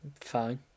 Fine